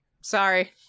sorry